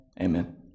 amen